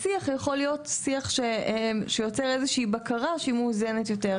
השיח יכול להיות שיח שיוצר איזו שהיא בקרה שהיא מאוזנת יותר.